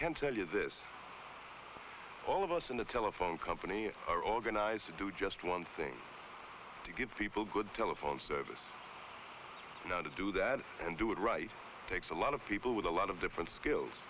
can tell you this all of us in the telephone company are organized to do just one thing to give people good telephone service now to do that and do it right takes a lot of people with a lot of different skills